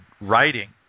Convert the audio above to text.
writing